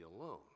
alone